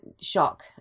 shock